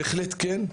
בהחלט כן.